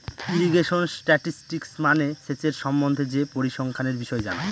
irrigation statistics মানে সেচের সম্বন্ধে যে পরিসংখ্যানের বিষয় জানা